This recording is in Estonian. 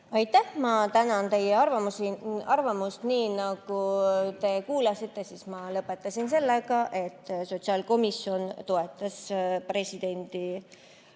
Aitäh, ma tänan teie arvamuse eest! Nii nagu te kuulsite, ma lõpetasin sellega, et sotsiaalkomisjon toetas presidendi